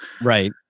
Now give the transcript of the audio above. Right